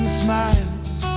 smiles